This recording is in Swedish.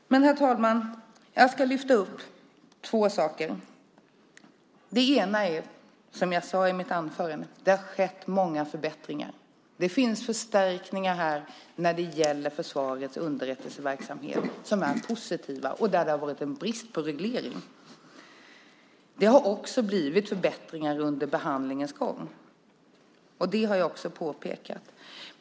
Herr talman! Jag ska lyfta fram två saker. Den ena saken är, som jag sade i mitt anförande, att det har skett många förbättringar. Det finns förstärkningar här när det gäller försvarets underrättelseverksamhet som är positiva. Det gäller då där det har varit en brist på reglering. Det har också blivit förbättringar under behandlingens gång, vilket jag också har påpekat.